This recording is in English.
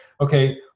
okay